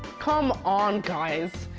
come on guys.